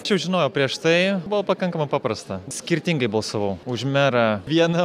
aš jau žinojau prieš tai buvo pakankamai paprasta skirtingai balsavau už merą vieną